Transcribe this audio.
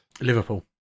Liverpool